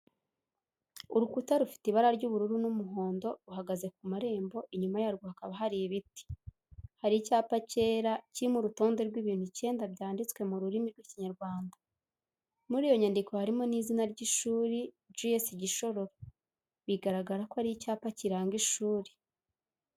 Urukuta rufite ibara ry'ubururu n'umuhondo, ruhagaze ku marembo, inyuma yarwo hakaba hari ibiti. Hari icyapa cyera, kirimo urutonde rw'ibintu icyenda byanditswe mu rurimi rw'Ikinyarwanda. Muri iyo nyandiko harimo n'izina ry'ishuri, "G.S. GISHORORO." Bigaragara ko ari icyapa kiranga ishuri.